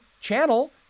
channel